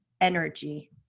energy